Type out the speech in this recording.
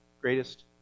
greatest